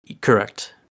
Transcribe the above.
Correct